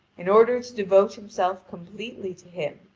in order to devote himself completely to him,